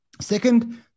Second